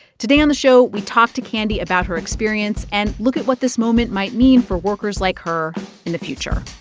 today on the show, we talked to candy about her experience and look at what this moment might mean for workers like her in the future